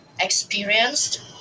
experienced